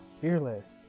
fearless